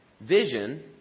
Vision